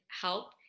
help